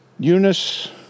Eunice